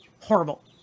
horrible